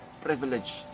privilege